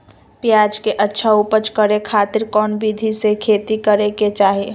प्याज के अच्छा उपज करे खातिर कौन विधि से खेती करे के चाही?